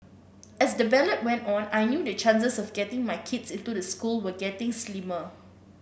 as the ballot went on I knew the chances of getting my kids into the school were getting slimmer